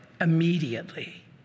immediately